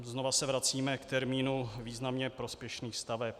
Znovu se vracíme k termínu významně prospěšných staveb.